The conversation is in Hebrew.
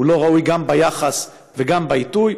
הוא לא ראוי גם ביחס וגם בעיתוי.